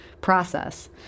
process